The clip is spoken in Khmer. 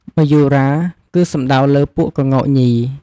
មយូរា គឺសំដៅលើពួកក្ងោកញី។